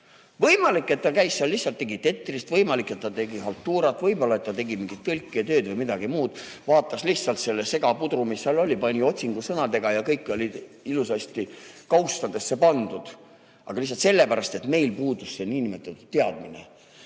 Võimalik, et ta käis seal ja lihtsalt mängis Tetrist, võimalik, et ta tegi haltuurat, võib-olla ta tegi mingit tõlketööd või midagi muud, vaatas lihtsalt seda segapudru, mis seal oli, pani otsingusõnad, ja kõik oli ilusasti kaustadesse pandud. Aga lihtsalt meil puudus see niinimetatud teadmine.